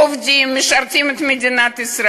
אמרת לאלה שהגיעו מחבר המדינות.